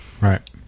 Right